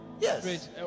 yes